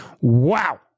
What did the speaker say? wow